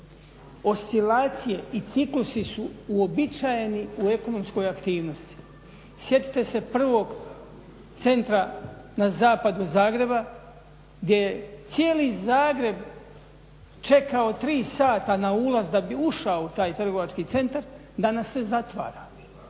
Oscilacije i ciklusi su uobičajeni u ekonomskoj aktivnosti. Sjetite se prvog centra na zapadu Zagreba gdje je cijeli Zagreb čekao tri sada na ulaz da bi ušao taj trgovački centar, danas se zatvara.